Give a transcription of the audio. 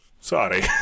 Sorry